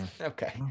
Okay